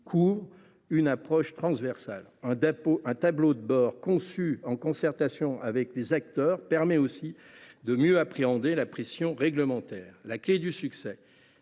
normes en amont. Un tableau de bord conçu en concertation avec les acteurs permet aussi de mieux appréhender la pression réglementaire. La clé du succès